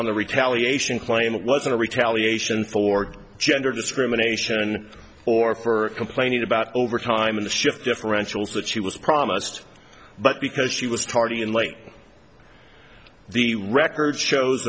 on the retaliation claim it wasn't retaliation for gender discrimination or for complaining about overtime in the shift differentials that she was promised but because she was tardy in late the record shows